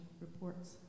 reports